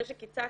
אחרי שקיצצנו,